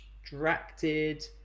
distracted